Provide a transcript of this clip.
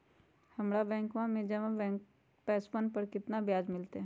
हम्मरा बैंकवा में जमा पैसवन पर कितना ब्याज मिलतय?